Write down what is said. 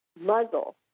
muzzle